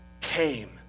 came